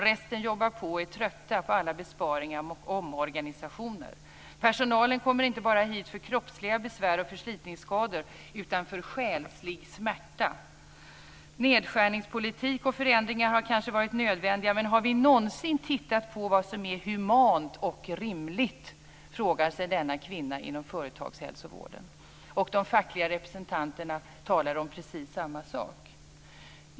Resten jobbar på och är trötta på alla besparingar och omorganisationer. Personalen kommer inte bara hit för kroppsliga besvär och förslitningsskador utan för själslig smärta. Nedskärningspolitik och förändringar har kanske varit nödvändiga. Men har vi någonsin tittat på vad som är humant och rimligt? Det frågar sig denna kvinna inom företagshälsovården. De fackliga representanterna talar om precis samma sak.